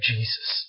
Jesus